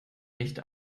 nicht